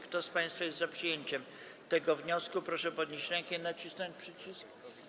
Kto z państwa jest za przyjęciem tego wniosku, proszę podnieść rękę i nacisnąć przycisk.